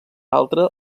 altra